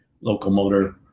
locomotor